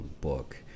Book